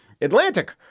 Atlantic